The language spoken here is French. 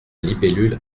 libellule